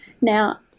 Now